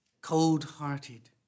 cold-hearted